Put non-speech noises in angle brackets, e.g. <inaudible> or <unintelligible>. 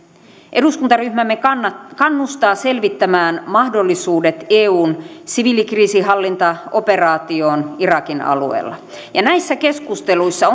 eduskuntaryhmämme kannustaa selvittämään mahdollisuudet eun siviilikriisihallintaoperaatioon irakin alueella näissä keskusteluissa <unintelligible>